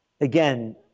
Again